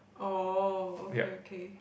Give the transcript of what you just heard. oh okay okay